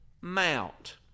mount